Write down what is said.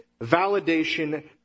validation